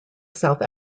south